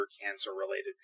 cancer-related